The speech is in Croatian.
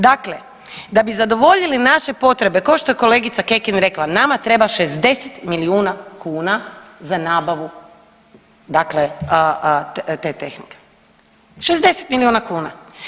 Dakle, da bi zadovoljili naše potrebe kao što je kolegica Kekin rekla nama treba 60 milijuna kuna za nabavu, dakle te tehnike, 60 milijuna kuna.